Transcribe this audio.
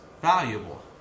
valuable